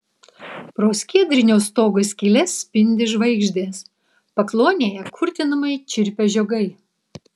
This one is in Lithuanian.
pro skiedrinio stogo skyles spindi žvaigždės pakluonėje kurtinamai čirpia žiogai